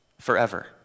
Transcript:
forever